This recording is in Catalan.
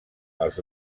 els